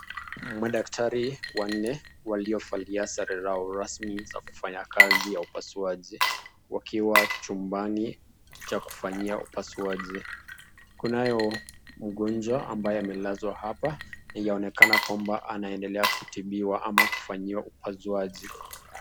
Madaktari wanne waliovalia sare yao rasmi za kufanya kazi ya upasuaji wakiwa chumbani cha kufanyia upasuaji. Kunayo mgonjwa ambaye amelazwa hapa. Yaonekana kwamba anaendelea kutibiwa ama kufanyiwa upasuaji.